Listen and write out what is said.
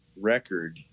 record